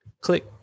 click